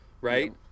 right